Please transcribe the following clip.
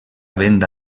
venda